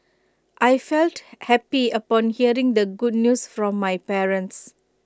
I felt happy upon hearing the good news from my parents